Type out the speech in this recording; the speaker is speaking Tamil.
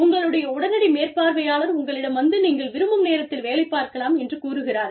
உங்களுடைய உடனடி மேற்பார்வையாளர் உங்களிடம் வந்து நீங்கள் விரும்பும் நேரத்தில் வேலை பார்க்கலாம் என்று கூறுகிறார்